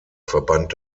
verband